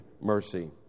mercy